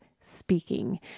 speaking